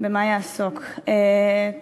אם יש מפגע?